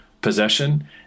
possession